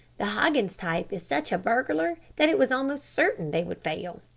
the hoggins type is such a bungler that it was almost certain they would fail.